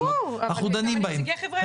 ברור, אבל הם גם נציגי חברה אזרחית.